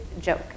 joke